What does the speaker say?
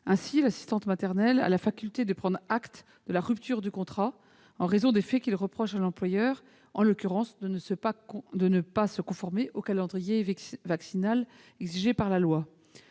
Ainsi, l'assistante maternelle a la faculté de prendre acte de la rupture du contrat en raison des faits qu'elle reproche à l'employeur, en l'occurrence de ne pas se conformer au calendrier vaccinal exigé par la loi.